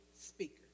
Speaker